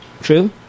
True